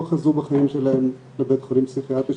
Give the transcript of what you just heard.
חזרו בחיים שלהם לבית חולים פסיכיאטרי,